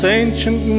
ancient